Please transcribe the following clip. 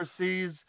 overseas